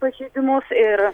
pažeidimus ir